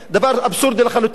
דבר אבסורדי לחלוטין,